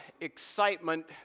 excitement